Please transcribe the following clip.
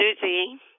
Susie